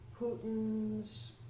Putin's